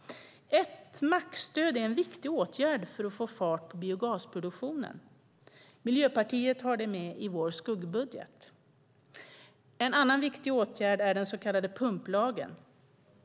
Mackstöd är en viktig åtgärd för att få fart på biogasproduktionen. Miljöpartiet har med det i sin skuggbudget. En annan viktig åtgärd är den så kallade pumplagen.